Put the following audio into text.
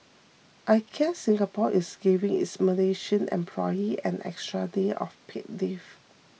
IKEA Singapore is giving its Malaysian employee an extra day of paid leave